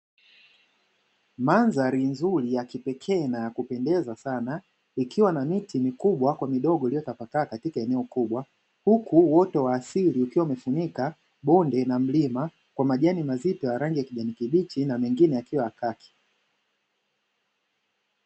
Mandhari nzuri ya kipekee na ya kupendeza sana ikiwa na miti mikubwa kwa midogo, iliyotapakaa katika eneo kubwa huku uoto wa asili ukiwa umefunika bonde na mlima kwa majani mazito ya rangi ya kijani kibichi na mengine yakiwa ya kaki.